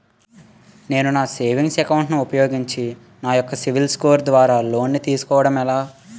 నేను నా savings account ను ఉపయోగించి నా యెక్క సిబిల్ స్కోర్ ద్వారా లోన్తీ సుకోవడం ఎలా?